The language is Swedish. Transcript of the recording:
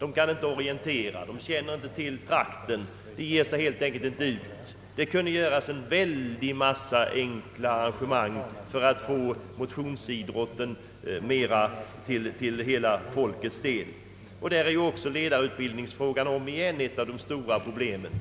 De kan inte orientera, de känner inte till trakten och ger sig helt enkelt inte ut. Det kunde göras en stor mängd enkla arrangemang för att motionsidrotten i större utsträckning skulle komma hela folket till godo. Också i detta sammanhang är ledarutbildningsfrågan ett av de stora problemen.